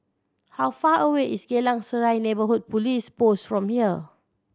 how far away is Geylang Serai Neighbourhood Police Post from here